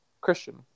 Christian